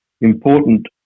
important